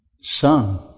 Son